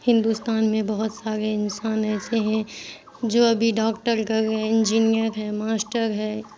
ہندوستان میں بہت سارے انسان ایسے ہیں جو ابھی ڈاکٹر کل رہے ہیں انجینئر ہے ماسٹر ہے